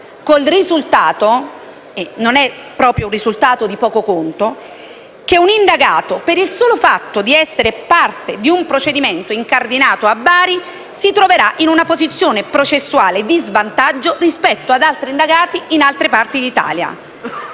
il risultato - e non è un risultato di poco conto - che un indagato, per il solo fatto di essere parte di un procedimento incardinato a Bari, si troverà in una posizione processuale di svantaggio rispetto ad altri indagati in altre parti d'Italia.